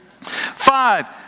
Five